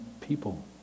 people